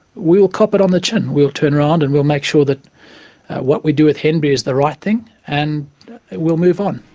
we will cop it on the chin. we'll turn around and we'll make sure that what we do with henbury is the right thing, and we'll move on.